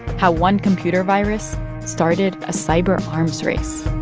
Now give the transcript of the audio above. how one computer virus started a cyber arms race